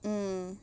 mm